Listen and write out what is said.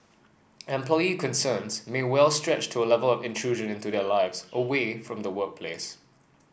employee concerns may well stretch to A Level of intrusion into their lives away from the workplace